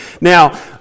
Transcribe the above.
Now